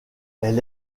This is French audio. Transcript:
elle